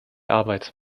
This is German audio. arbeit